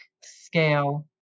scale